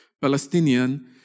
Palestinian